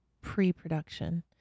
pre-production